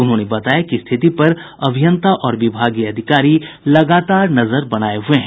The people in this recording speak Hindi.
उन्होंने बताया की स्थिति पर अभियंता और विभागीय अधिकारी लगातार नजर बनाये हुये हैं